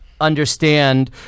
Understand